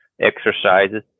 exercises